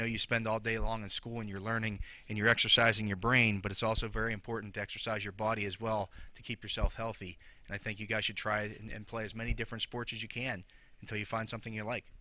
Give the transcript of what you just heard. know you spend all day long in school when you're learning and you're exercising your brain but it's also very important to exercise your body as well to keep yourself healthy and i think you guys should try and play as many different sports as you can until you find something you like